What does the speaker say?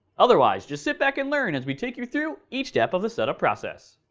otherwise, just sit back and learn as we take you through each step of the setup process.